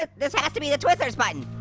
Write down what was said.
ah this has to be the twizzlers button.